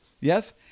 yes